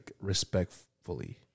respectfully